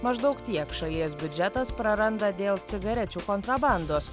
maždaug tiek šalies biudžetas praranda dėl cigarečių kontrabandos